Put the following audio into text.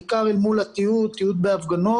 דיון.